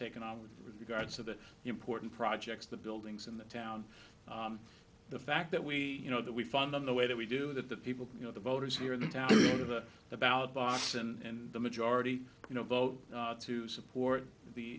taken on with regards to the important projects the buildings in the town the fact that we you know that we fund them the way that we do that the people you know the voters here in the town the ballot box and the majority you know vote to support the